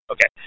Okay